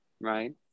right